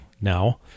now